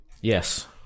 Yes